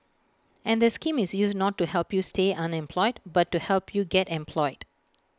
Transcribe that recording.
and the scheme is used not to help you stay unemployed but to help you get employed